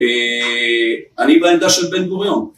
‫אני בעמדה של בן גוריון.